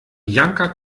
janka